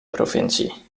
provincie